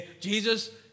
Jesus